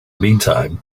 meantime